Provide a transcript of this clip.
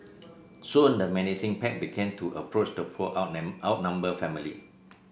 soon the menacing pack began to approach the poor outnumbered family